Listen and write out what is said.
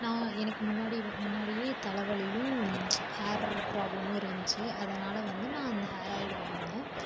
நான் எனக்கு முன்னாடி வ முன்னாடியே தலைவலியும் ஹேர் ப்ராப்ளமும் இருந்துச்சி அதனால் வந்து நான் அந்த ஹேர் ஆயில் வாங்கினேன்